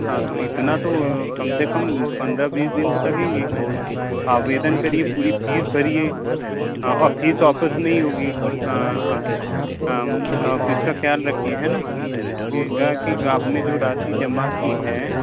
हाँ तो इतना तो कम से कम पंद्रह बीस दिन तो लगेंगे क्योंकि आवेदन करिए पूरी फ़ीस भरिए और फ़ीस वापस नहीं में ही होगी हाँ फीस का ख़याल रखिए है ना कि अगर कि आपने जो राशि जमा की है